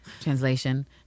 translation